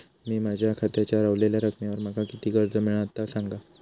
मी माझ्या खात्याच्या ऱ्हवलेल्या रकमेवर माका किती कर्ज मिळात ता सांगा?